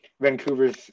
Vancouver's